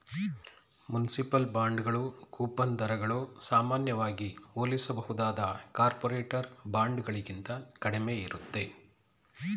municipal ಬಾಂಡ್ಗಳು coupon ದರಗಳು ಸಾಮಾನ್ಯವಾಗಿ ಹೋಲಿಸಬಹುದಾದ ಕಾರ್ಪೊರೇಟರ್ ಬಾಂಡ್ಗಳಿಗಿಂತ ಕಡಿಮೆ ಇರುತ್ತೆ